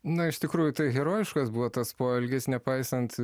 na iš tikrųjų tai herojiškas buvo tas poelgis nepaisant